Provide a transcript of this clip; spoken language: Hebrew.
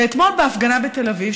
ואתמול בהפגנה בתל אביב,